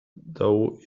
though